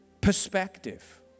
perspective